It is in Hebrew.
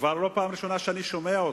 לא בפעם הראשונה אני שומע אותך,